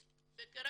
בנושא?